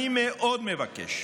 אני מאוד מבקש.